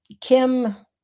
Kim